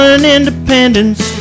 Independence